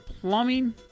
plumbing